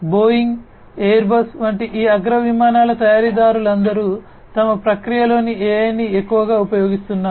Boeing Airbus వంటి ఈ అగ్ర విమానాల తయారీదారులందరూ తమ ప్రక్రియల్లో AI ని ఎక్కువగా ఉపయోగిస్తున్నారు